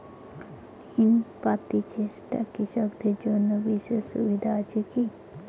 ঋণ পাতি চেষ্টা কৃষকদের জন্য বিশেষ সুবিধা আছি কি?